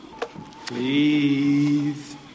Please